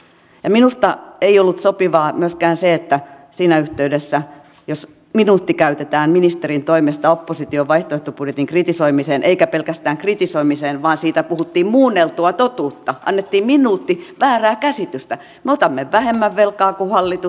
minusta ei ollut sopivaa myöskään se että siinä yhteydessä jos minuutti käytetään ministerin toimesta opposition vaihtoehtobudjetin kritisoimiseen eikä pelkästään kritisoimiseen vaan siitä puhuttiin muunneltua totuutta annettiin minuutti väärää käsitystä me otamme vähemmän velkaa kuin hallitus ottaa